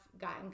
gotten